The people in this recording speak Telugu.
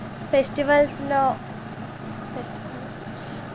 ఫెస్టివల్స్లో